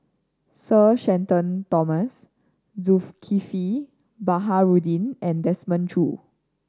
Sir Shenton Thomas Zulkifli Baharudin and Desmond Choo